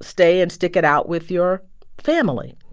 stay and stick it out with your family?